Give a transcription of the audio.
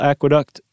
Aqueduct